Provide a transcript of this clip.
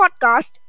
podcast